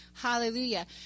Hallelujah